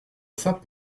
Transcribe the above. saint